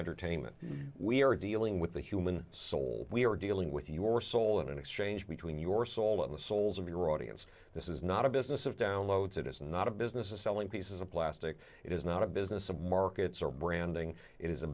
entertainment we are dealing with the human soul we are dealing with your soul in an exchange between your soul and the souls of your audience this is not a business of downloads it is not a business of selling pieces of plastic it is not a business of markets or branding i